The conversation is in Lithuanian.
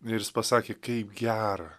ir jis pasakė kaip gera